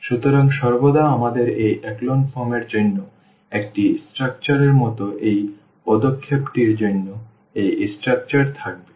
সুতরাং সর্বদা আমাদের এই echelon form এর জন্য একটি স্ট্রাকচার এর মতো এই পদক্ষেপটির জন্য এই স্ট্রাকচার থাকবে